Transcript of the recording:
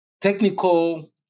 technical